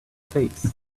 face